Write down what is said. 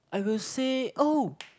I will say oh